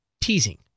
teasing